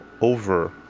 over